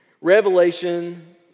Revelation